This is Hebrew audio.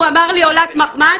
הוא אמר לי עולת מחמד?